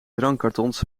drankkartons